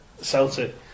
celtic